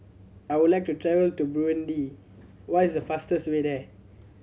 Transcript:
I would like to travel to Burundi what is the fastest way there